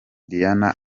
diana